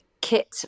Kit